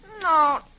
No